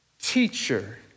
teacher